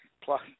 Plus